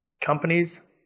Companies